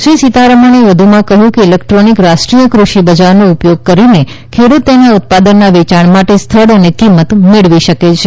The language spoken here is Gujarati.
શ્રી સીતા રમણે કહ્યું કે ઇલેક્ટ્રોનિક રાષ્ટ્રીય કૃષિ બજારનો ઉપયોગ કરીને ખેડૂત તેના ઉત્પાદનના વેચાણ માટે સ્થળ અને કિંમત મેળવી શકે છે